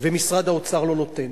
ומשרד האוצר לא נותן.